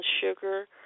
Sugar